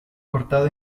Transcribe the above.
cortado